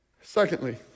Secondly